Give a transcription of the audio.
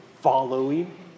following